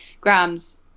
grams